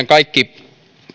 kaikki meidän